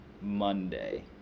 Monday